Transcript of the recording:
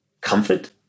comfort